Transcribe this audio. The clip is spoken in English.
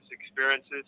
experiences